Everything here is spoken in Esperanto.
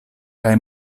kaj